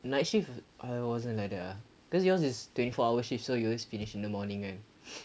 night shift I wasn't like that ah because yours is twenty four hour shift so you always finish in the morning kan